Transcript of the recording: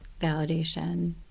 validation